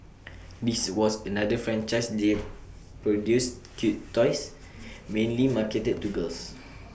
this was another franchise that produced cute toys mainly marketed to girls